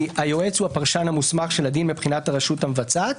היועץ הוא הפרשן המוסמך של הדין מבחינת הרשות המבצעת,